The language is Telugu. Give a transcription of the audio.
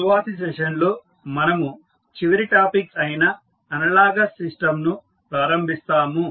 తరువాతి సెషన్ లో మనము చివరి టాపిక్ అయిన అనలాగస్ సిస్టం ను ప్రారంభిస్తాము